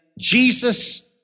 Jesus